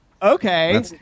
Okay